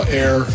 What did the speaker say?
air